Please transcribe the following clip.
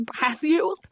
Matthew